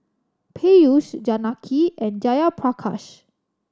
Peyush Janaki and Jayaprakash